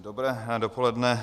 Dobré dopoledne.